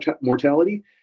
mortality